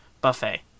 buffet